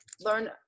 learn